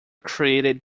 created